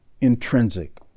intrinsic